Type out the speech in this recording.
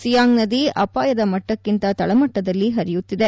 ಸಿಯಾಂಗ್ ನದಿ ಅಪಾಯದ ಮಟ್ಟಕಿಂತ ತಳಮಟ್ಟದಲ್ಲಿ ಹರಿಯುತ್ತಿದೆ